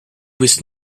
bist